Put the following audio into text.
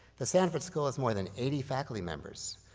the sanford school has more than eighty faculty members,